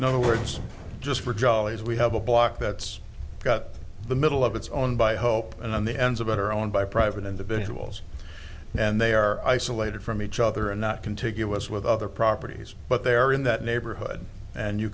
no words just for jollys we have a block that's got the middle of it's own by hope and on the ends of our own by private individuals and they are isolated from each other and not contiguous with other properties but they're in that neighborhood and you